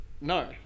No